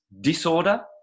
disorder